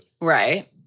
Right